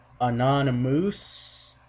anonymous